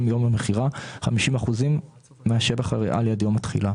מיום המכירה 50 אחוזים מהשבח הריאלי עד יום התחילה.